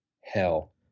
hell